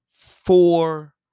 four